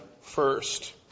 first